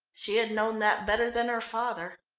she had known that better than her father.